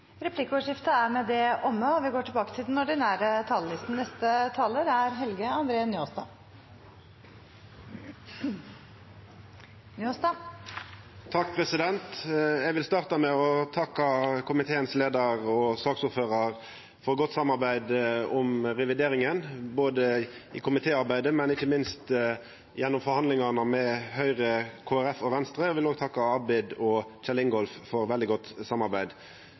Replikkordskiftet er omme. Eg vil starta med å takka komitéleiar og saksordførar for godt samarbeid om revideringa, både i komitéarbeidet og – ikkje minst – gjennom forhandlingane med Høgre, Kristeleg Folkeparti og Venstre. Eg vil òg takka Abid Q. Raja og Kjell Ingolf Ropstad for veldig godt samarbeid.